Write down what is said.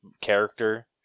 character